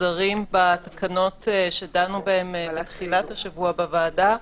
מוסדרות בתקנות שדנו בהן בתחילת השבוע בוועדה,